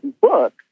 book